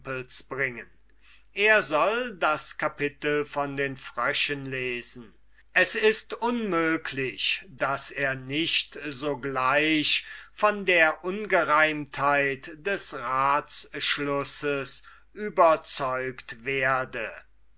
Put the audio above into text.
er soll das kapitel von den fröschen lesen es ist unmöglich daß er nicht sogleich von der ungereimtheit des ratsschlusses überzeugt werde